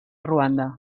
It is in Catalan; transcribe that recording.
ruanda